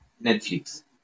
Netflix